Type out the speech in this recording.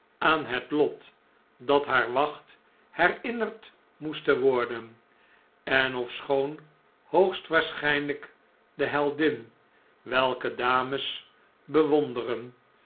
aan het lot dat haar wacht herinnerd moesten worden en ofschoon hoogstwaarschijnlijk de heldin welke dames bewonderen